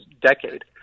decade